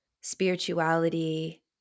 spirituality